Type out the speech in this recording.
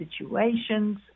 situations